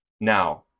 Now